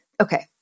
Okay